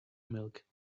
milk